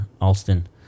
Alston